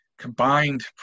combined